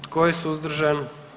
Tko je suzdržan?